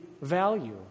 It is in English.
value